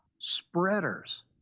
spreaders